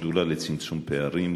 השדולה לצמצום פערים,